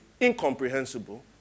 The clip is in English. incomprehensible